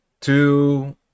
two